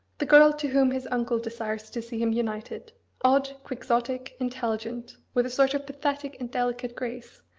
the girl to whom his uncle desires to see him united odd, quixotic, intelligent, with a sort of pathetic and delicate grace,